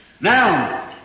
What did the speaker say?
Now